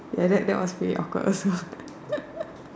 that that that was pretty awkward also